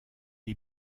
est